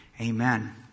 Amen